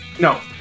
No